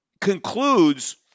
concludes